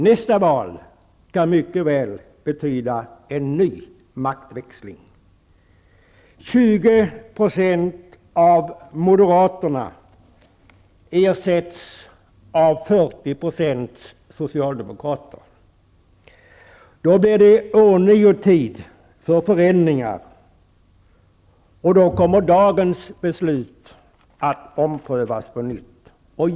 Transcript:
Nästa val kan mycket väl betyda en ny maktväxling: 20 % av moderaterna kan ersättas av 40 % socialdemokrater. Då blir det en ny tid för förändringar, och då kommer dagens beslut att omprövas på nytt.